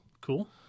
Cool